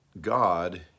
God